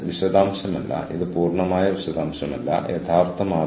അതെല്ലാം എച്ച്ആർ പ്രൊഫഷണലിന്റെ ഉത്തരവാദിത്തമായി മാറുന്നു